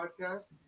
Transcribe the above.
podcast